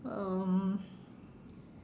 um